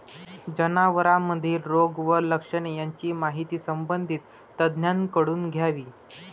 जनावरांमधील रोग व लक्षणे यांची माहिती संबंधित तज्ज्ञांकडून घ्यावी